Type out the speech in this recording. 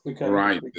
Right